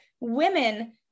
women